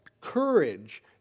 courage